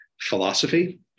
philosophy